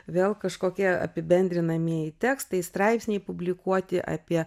vėl kažkokie apibendrinamieji tekstai straipsniai publikuoti apie